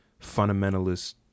fundamentalist